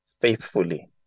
faithfully